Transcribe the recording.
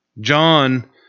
John